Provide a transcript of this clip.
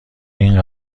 این